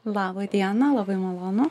laba diena labai malonu